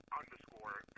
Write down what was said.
underscore